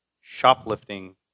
shoplifting